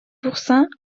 oursin